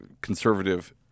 Conservative